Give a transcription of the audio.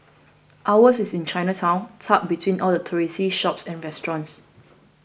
ours is in Chinatown tucked between all the touristy shops and restaurants